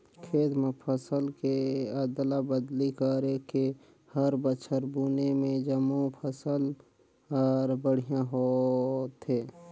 खेत म फसल के अदला बदली करके हर बछर बुने में जमो फसल हर बड़िहा होथे